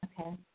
Okay